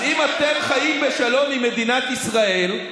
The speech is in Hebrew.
אז אם אתם חיים בשלום עם מדינת ישראל,